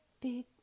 big